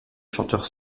chanteur